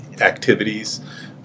activities